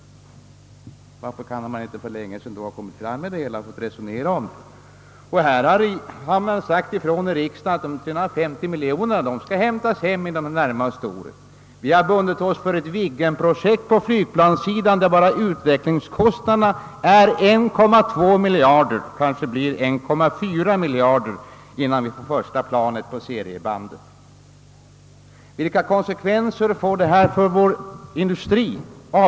Varför kunde man inte för länge sedan ha lagt fram hela saken, så att vi fått resonera om den och fått den bättre belyst. Här i riksdagen har man sagt ifrån att 350 miljoner skall återhämtas inom de närmaste åren. Vi har på flygplanssidan bundit oss för ett Viggenprojekt, som bara i utvecklingskostnader drar 1,2 miljard. Det kanske blir 1,4 miljard, innan det första planet finns på seriebandet. Vilka konsekvenser får avbeställningar för våra industrier?